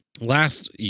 last